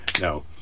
No